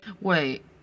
Wait